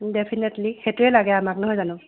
definitely সেইটোৱে লাগে আমাক নহয় জানো